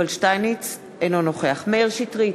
אינו נוכח מאיר שטרית,